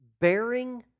bearing